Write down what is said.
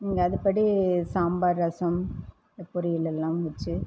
நீங்கள் அதுப்படி சாம்பார் ரசம் பொரியல் எல்லாம் வெச்சு